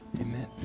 Amen